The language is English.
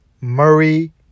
Murray